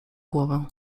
głowę